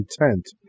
intent